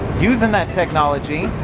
using that technology,